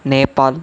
Nepal